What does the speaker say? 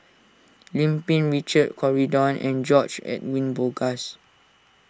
Lim Pin Richard Corridon and George Edwin Bogaars